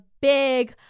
big